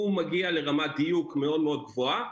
הוא מגיע לרמת דיוק מאוד מאוד גבוהה,